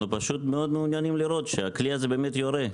אנחנו שפשוט מאוד מעוניינים לראות שהכלי הזה באמת יורה,